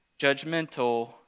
judgmental